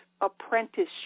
apprenticeship